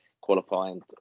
qualifying